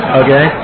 okay